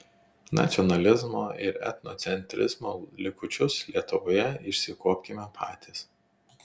nacionalizmo ir etnocentrizmo likučius lietuvoje išsikuopkime patys